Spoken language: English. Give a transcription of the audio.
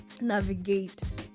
navigate